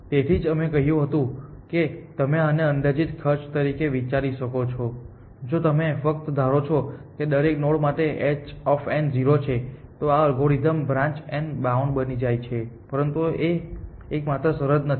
તેથી જ અમે કહ્યું હતું કે તમે આને અંદાજિત ખર્ચ તરીકે વિચારી શકો છો જો તમે ફક્ત ધારો છો કે દરેક નોડ માટે h 0 છે તો આ અલ્ગોરિધમ બ્રાન્ચ એન્ડ બાઉન્ડ બની જાય છે પરંતુ આ એકમાત્ર શરત નથી